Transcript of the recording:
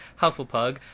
Hufflepug